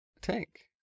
tank